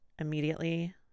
immediately